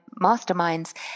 masterminds